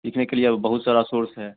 सीखने के लिए अब बहुत सारे सोर्स है